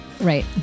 Right